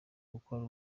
gukora